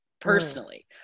personally